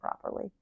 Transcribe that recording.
properly